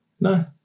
No